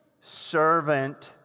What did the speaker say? servant